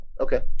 okay